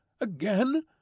again